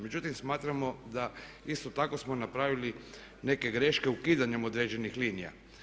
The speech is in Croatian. Međutim, smatramo da isto tako smo napravili neke greške ukidanjem određenih linija.